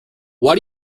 why